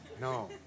no